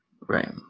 right